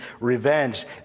revenge